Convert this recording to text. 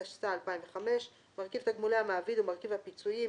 התשס"ה 2005‏; "מרכיב תגמולי המעביד" ו"מרכיב הפיצויים"